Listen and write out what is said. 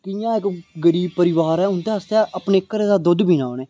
कि'यां इक गरीब परिवार ऐ उं'दे आस्ते अपने घरा दा दुद्ध पीने उ 'नें